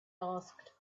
asked